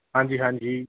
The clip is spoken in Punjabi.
ਹਾਂਜੀ ਹਾਂਜੀ